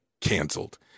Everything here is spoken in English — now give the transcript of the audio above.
canceled